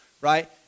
right